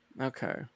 okay